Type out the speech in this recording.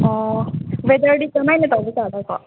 ꯑꯣ ꯋꯦꯗꯔꯗꯤ ꯀꯃꯥꯏꯅ ꯇꯧꯕꯖꯥꯠꯅꯣꯀꯣ